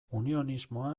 unionismoa